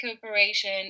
corporation